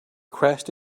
crashed